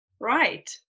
right